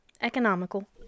economical